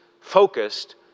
focused